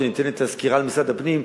כשניתן את הסקירה על משרד הפנים,